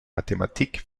mathematik